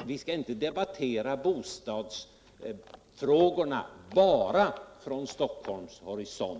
och vi skall inte debattera bostadsfrågorna bara från Stockholms horisont.